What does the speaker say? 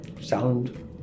sound